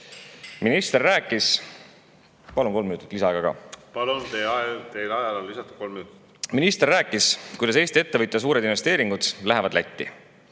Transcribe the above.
pürgib. Palun kolm minutit lisaaega ka. Palun, teie ajale on lisatud kolm minutit! Minister rääkis, kuidas Eesti ettevõtja suured investeeringud lähevad Lätti.